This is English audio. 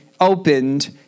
opened